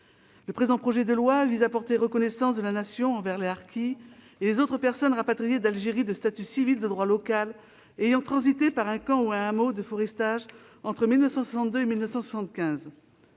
Le présent texte porte reconnaissance de la Nation envers les harkis et les autres personnes rapatriées d'Algérie anciennement de statut civil de droit local ayant transité par un camp ou un hameau de forestage entre 1962 et 1975.